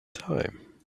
time